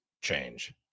change